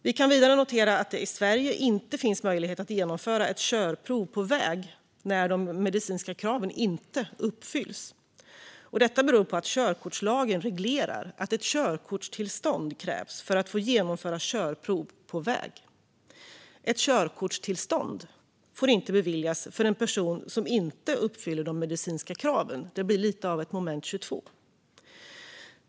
Vi kan vidare notera att det i Sverige inte finns möjlighet att genomföra ett körprov på väg när de medicinska kraven inte uppfylls. Detta beror på att körkortslagen reglerar att ett körkortstillstånd krävs för att få genomföra körprov på väg. Ett körkortstillstånd får inte beviljas för en person som inte uppfyller de medicinska kraven. Det blir lite av ett moment 22.